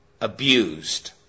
abused